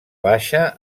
baixa